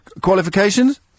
Qualifications